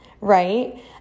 right